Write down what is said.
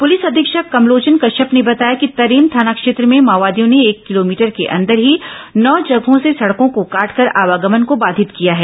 police अधीक्षक कमलोचन कश्यप ने बताया कि तर्रेम थाना क्षेत्र में माओवादियों ने एक किलोमीटर के अंदर ही नौ जगहों से सड़कों को काटकर आवागमन को बाधित किया है